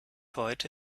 heute